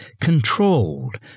controlled